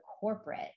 corporate